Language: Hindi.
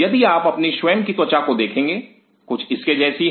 यदि आप अपनी स्वयं की त्वचा को देखेंगे कुछ इसके जैसी है